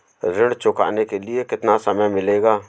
ऋण चुकाने के लिए कितना समय मिलेगा?